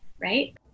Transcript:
Right